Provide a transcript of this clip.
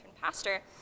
pastor